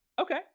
Okay